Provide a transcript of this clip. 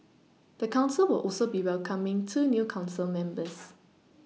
the council will also be welcoming two new council members